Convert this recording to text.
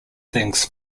things